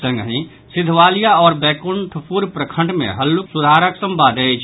संगहि सिधवलिया आओर बैकुंठपुर प्रखंड मे हल्लुक सुधारक संवाद अछि